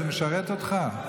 זה משרת אותך?